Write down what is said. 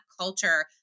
culture